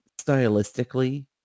stylistically